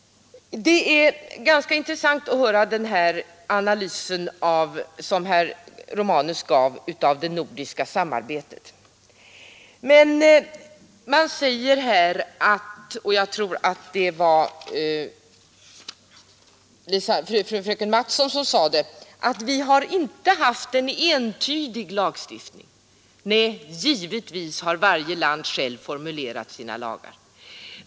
Det är ganska intressant att höra den analys som herr Romanus ger av det nordiska samarbetet. Jag tror det var fröken Mattson som sade att vi har inte haft en ensartad lagstiftning. Nej, givetvis har varje land självt formulerat sina lagar.